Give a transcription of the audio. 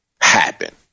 happen